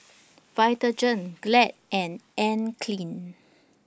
Vitagen Glad and Anne Klein